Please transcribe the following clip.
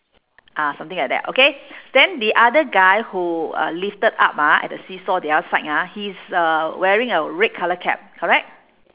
ah something like that okay then the other guy who uh lifted up ah at the seesaw the other side ah he's uh wearing a red colour cap correct